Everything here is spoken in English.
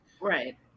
right